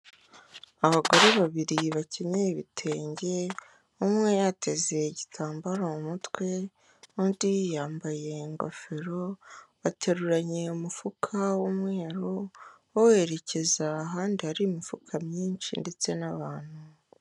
Abagore babiri bakenyeye ibitenge, umwe yateze igitambaro mu mutwe undi yambaye ingofero, bateruranye umufuka w'umweru, bawerekeza ahandi hari imifuka myinshi ndetse n'abantu.